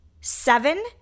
seven